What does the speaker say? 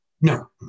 No